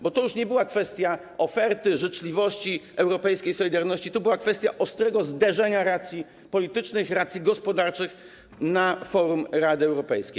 Bo to już nie była kwestia oferty, życzliwości, europejskiej solidarności, to była kwestia ostrego zderzenia racji politycznych i racji gospodarczych na forum Rady Europejskiej.